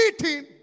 eating